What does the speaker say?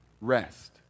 rest